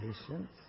patience